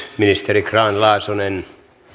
ministeri grahn laasonen